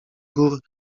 gór